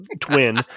twin